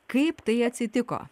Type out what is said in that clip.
kaip tai atsitiko